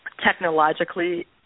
technologically